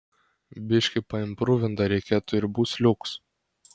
biškį paimprūvint dar reikėtų ir bus liuks